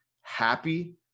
happy